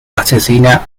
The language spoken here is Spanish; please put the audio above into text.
asesina